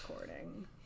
recording